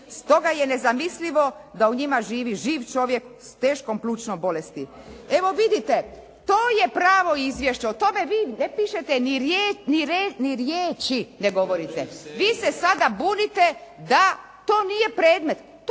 stoga je nezamislivo da u njima živi živ čovjek s teškom plućnom bolesti. Evo vidite, to je pravo izvješće, o tome vi ne pišete, ni riječi ne govorite. Vi se sada bunite da to nije predmet.